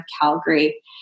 Calgary